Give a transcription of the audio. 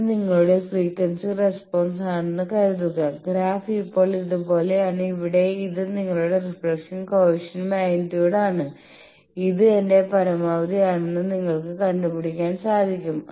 ഇത് നിങ്ങളുടെ frequency response ആണെന്ന് കരുതുക ഗ്രാഫ് ഇപ്പോൾ ഇതുപോലെയാണ് ഇവിടെ ഇത് നിങ്ങളുടെ റിഫ്ലക്ഷൻ കോയെഫിഷ്യന്റ് മാഗ്നിറ്റ്യൂഡ് ആണ് ഇത് എന്റെ പരമാവധി ആണെന്ന് നിങ്ങൾക്ക് കണ്ടുപിടിക്കാൻ സാധിക്കും